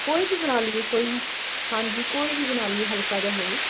ਕੋਈ ਵੀ ਬਣਾ ਲਿਓ ਕੋਈ ਵੀ ਹਾਂਜੀ ਕੋਈ ਵੀ ਬਣਾ ਲਿਓ ਹਲਕਾ ਜਿਹਾ ਹੋਵੇ